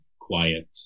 quiet